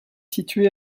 située